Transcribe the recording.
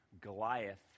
Goliath